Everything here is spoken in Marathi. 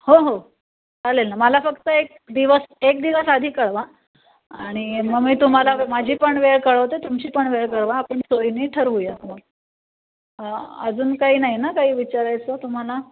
हो हो चालेल ना मला फक्त एक दिवस एक दिवस आधी कळवा आणि मग मी तुम्हाला माझी पण वेळ कळवते तुमची पण वेळ कळवा आपण सोयीने ठरवूयात मग अजून काही नाही ना काही विचारायचं तुम्हाला